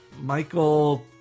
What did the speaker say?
Michael